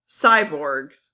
cyborgs